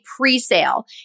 pre-sale